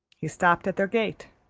he stopt at their gate.